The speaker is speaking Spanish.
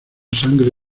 sangre